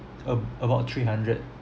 a~ about three hundred